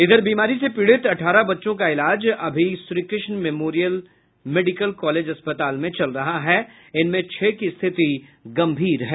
इधर बीमारी से पीड़ित अठारह बच्चों का इलाज अभी श्रीकृष्ण मेडिकल कॉलेज अस्पताल में चल रहा है इनमें छह की स्थिति गंभीर है